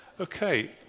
Okay